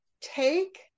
take